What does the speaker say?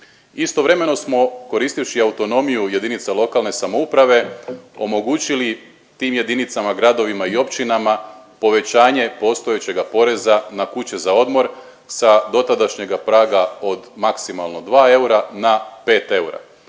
Istovremeno smo koristivši autonomiju jedinica lokalne samouprave omogućili tim jedinicama, gradovima i općinama, povećanje postojećega poreza na kuće za odmor sa dotadašnjega praga od maksimalno 2 eura na 5 eura